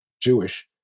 Jewish